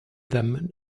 them